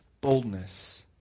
Boldness